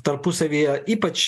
tarpusavyje ypač